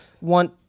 want